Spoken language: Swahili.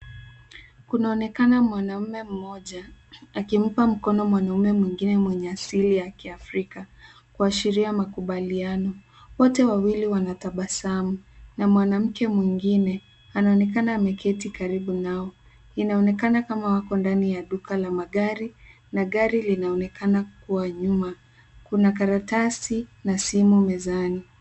Kunaonekana mwanamume mmoja akimpa mkono mwanamume mwengine mwenye asili ya kiafrika kuashiria mawasiliano. Wote wawili wanatabasamu na mwanamke mwengine anaonekana ameketi karibu nao. Inaonekana kama wako ndani ya duka la magari na gari linaonekana kuwa nyuma. Kuna karatasi na simu mezani.